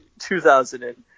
2000